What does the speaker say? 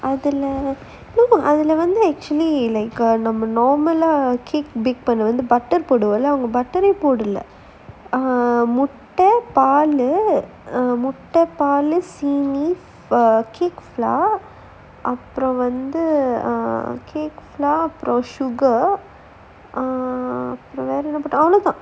அதுல அதுல வந்து:athula athula vanthu actually like normal normal lah butter போடுவோம்ல அவங்க:poduvmla avanga butter போடல முட்ட பாலு சீனி:podala mutta paalu seeni err cake flour அப்புறம் வந்து:appuram vanthu err cake flour sugar ah அப்புறம்:appuram err அவ்ளோதான்:avlothaan